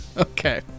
Okay